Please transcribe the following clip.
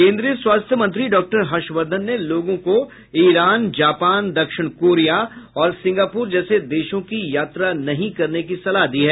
केंद्रीय स्वास्थ्य मंत्री डाक्टर हर्षवर्धन ने लोगों को ईरान जापान दक्षिण कोरिया और सिंगापुर जैसे देशों की यात्रा नहीं करने की सलाह दी है